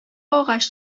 агач